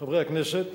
חברי הכנסת,